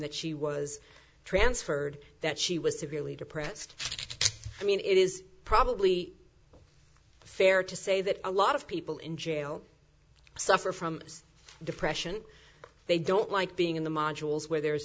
that she was transferred that she was to be really depressed i mean it is probably fair to say that a lot of people in jail suffer from depression they don't like being in the modules where there is